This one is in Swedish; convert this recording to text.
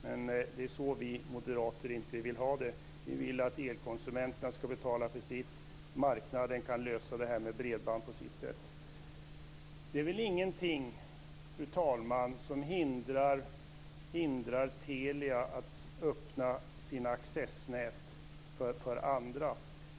Men det är så vi moderater inte vill ha det. Vi vill att elkonsumenterna ska betala för sitt. Marknaden kan lösa det här med bredband på sitt sätt. Det är väl ingenting, fru talman, som hindrar Telia att öppna sina accessnät för andra.